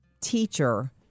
teacher